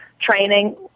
training